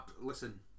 Listen